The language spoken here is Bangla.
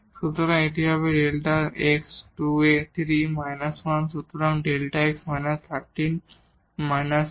সুতরাং এটি হবে Δ x23−1 সুতরাং Δ x − 13 −A